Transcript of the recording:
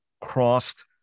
crossed